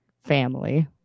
family